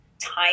time